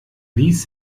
ließ